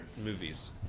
movies